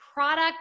product